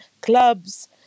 clubs